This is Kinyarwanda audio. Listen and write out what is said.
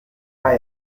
ati